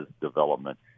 development